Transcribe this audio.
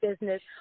business